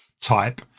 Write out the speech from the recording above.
type